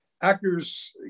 actors